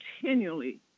continually